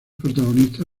protagonista